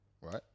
Right